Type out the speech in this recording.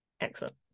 Excellent